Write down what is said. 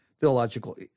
theological